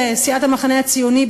סיעת המחנה הציוני,